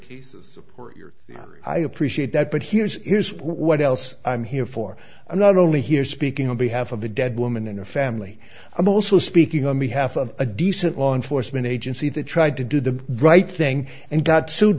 you're i appreciate that but here's here's what else i'm here for i'm not only here speaking on behalf of the dead woman and her family i'm also speaking on behalf of a decent law enforcement agency that tried to do the right thing and got sued